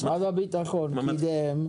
שר הביטחון קידם תכנון.